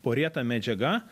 porėta medžiaga